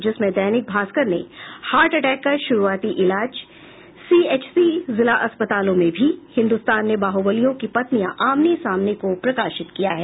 जिसमें दैनिक भास्कर ने heart attack का शुरूआती इलाज सीएचसी जिला अस्पतालों में भी हिन्दुस्तान ने बाहुवलियों की पत्नियां आमने सामने को प्रकाशित किया है